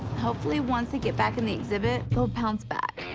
hopefully, once they get back in the exhibit, they'll bounce back.